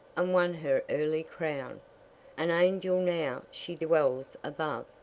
and won her early crown an angel now she dwells above,